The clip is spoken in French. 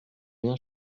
bien